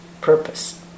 purpose